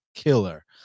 Killer